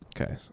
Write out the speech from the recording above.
Okay